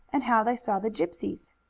and how they saw the gypsies.